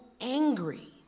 angry